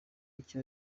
icyo